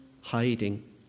hiding